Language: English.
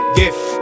gift